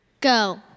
Go